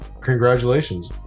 congratulations